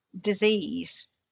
disease